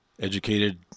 educated